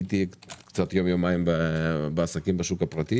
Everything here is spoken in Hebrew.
הייתי יום יומיים בעסקים בשוק הפרטי